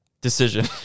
decision